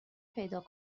پیدا